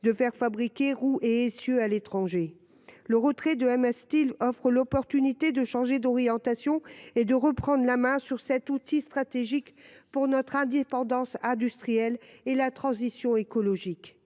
de faire fabriquer roues et essieux à l’étranger. Le retrait de MA Steel offre l’opportunité de changer d’orientation et de reprendre la main sur cet outil stratégique pour notre indépendance industrielle et la transition écologique.